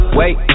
wait